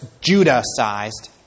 Judah-sized